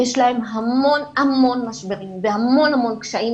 יש להם המון המון משברים והמון המון קשיים,